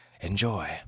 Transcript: Enjoy